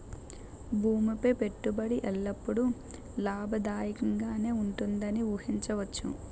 భూమి పై పెట్టుబడి ఎల్లప్పుడూ లాభదాయకంగానే ఉంటుందని ఊహించవచ్చు